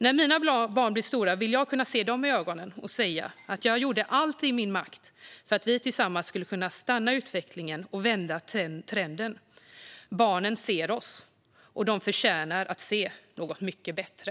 När mina barn blir stora vill jag kunna se dem i ögonen och säga att jag gjorde allt i min makt för att vi tillsammans skulle kunna stanna utvecklingen och vända trenden. Barnen ser oss, och de förtjänar att se något mycket bättre.